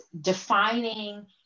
defining